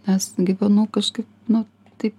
nes gyvenau kažkaip nu taip